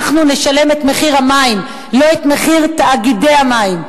אנחנו נשלם את מחיר המים, לא את מחיר תאגידי המים.